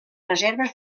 reserves